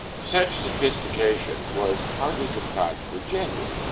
such sophistication was hardly confined to virginia.